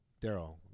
Daryl